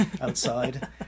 outside